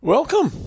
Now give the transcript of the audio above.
Welcome